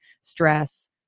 stress